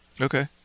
Okay